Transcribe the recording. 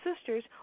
sisters